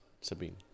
Sabine